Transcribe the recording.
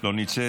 לא נמצאת,